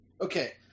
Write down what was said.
Okay